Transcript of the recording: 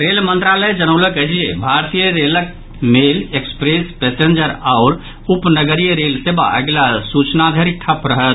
rail मंत्रालय जनौलक अछि जे भारतीय रेलक मेल एक्सप्रेस पैसेंजर आओर उप नगरीय रेल सेवा अगिला सूचना धरि ठप्प रहत